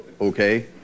okay